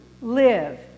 live